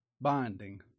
binding